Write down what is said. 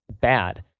bad